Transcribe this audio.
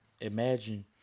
Imagine